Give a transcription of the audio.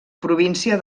província